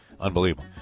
Unbelievable